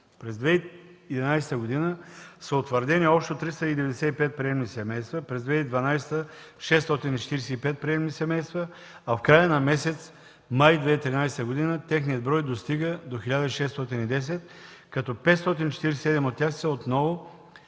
През 2011 г. са утвърдени общо 395 приемни семейства, през 2012 г. – 645, в края на месец май 2013 г. техният брой достига 1610, като 547 от тях са отново